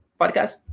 podcast